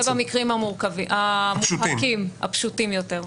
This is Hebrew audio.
זה במקרים המובהקים, הפשוטים יותר.